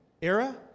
era